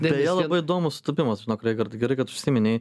beje labai įdomus sutapimas žinok raigardai gerai kad užsiminei